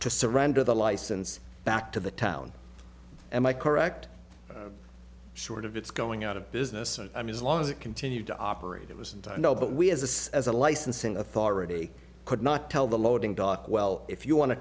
to surrender the license back to the town am i correct short of its going out of business and i mean as long as it continued to operate it was and no but we as a says a licensing authority could not tell the loading dock well if you want to